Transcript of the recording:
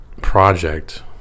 project